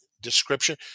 description